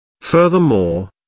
Furthermore